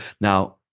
Now